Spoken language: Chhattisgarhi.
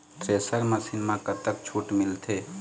थ्रेसर मशीन म कतक छूट मिलथे?